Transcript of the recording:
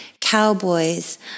cowboys